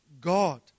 God